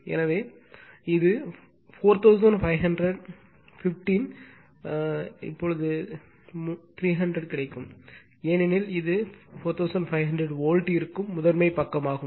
எனவே இது 450015 இது 300 ஆகும் ஏனெனில் இது 4500 வோல்ட் இருக்கும் முதன்மை பக்கமாகும்